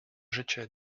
życie